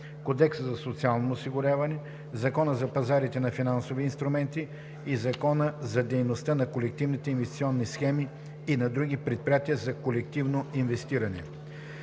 Кодекса за социално осигуряване, Закона за пазарите на финансови инструменти и Закона за дейността на колективните инвестиционни схеми и на други предприятия за колективно инвестиране.